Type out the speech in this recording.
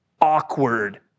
awkward